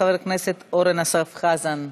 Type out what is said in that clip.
חבר הכנסת אורן אסף חזן,